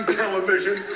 television